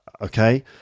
Okay